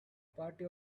party